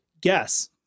guess